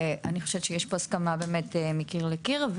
ואני חושבת שיש פה הסכמה מקיר לקיר.